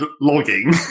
logging